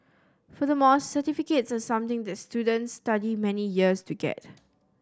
furthermore certificates are something that students study many years to get